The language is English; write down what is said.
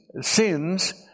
sins